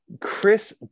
Chris